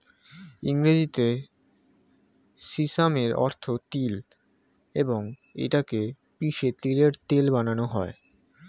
ইংরেজিতে সিসামের অর্থ তিল এবং এটা কে পিষে তিলের তেল বানানো হয়